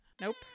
nope